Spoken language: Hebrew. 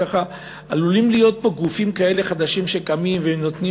כך עלולים להיות פה גופים כאלה חדשים שקמים ונותנים